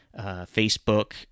Facebook